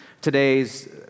Today's